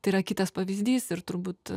tai yra kitas pavyzdys ir turbūt